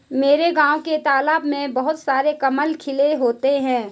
मेरे गांव के तालाब में बहुत सारे कमल खिले होते हैं